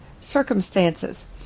circumstances